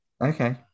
Okay